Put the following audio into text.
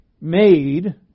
made